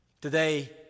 Today